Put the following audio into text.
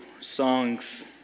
songs